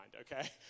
okay